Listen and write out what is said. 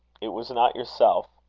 it was not yourself.